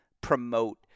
promote